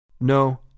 No